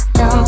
no